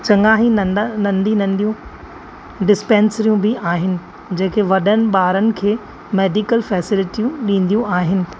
चंङा ई नंढा नंढियूं नंढियूं डिस्पेंसरियूं बि आहिनि जेके वॾनि ॿारनि खे मेडिकल फेसिलिटियूं ॾिंदियूं आहिनि